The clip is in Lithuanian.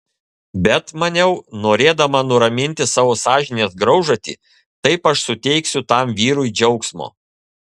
bet maniau norėdama nuraminti savo sąžinės graužatį taip aš suteiksiu tam vyrui džiaugsmo